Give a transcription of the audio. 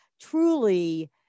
truly